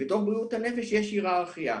בתוך בריאות הנפש יש היררכיה.